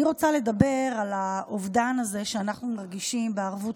אני רוצה לדבר על האובדן הזה שאנחנו מרגישים בערבות